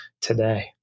today